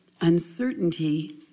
Uncertainty